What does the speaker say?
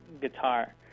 guitar